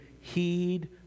heed